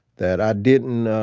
that i didn't, ah,